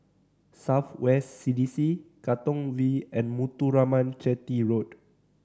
South West C D C Katong V and Muthuraman Chetty Road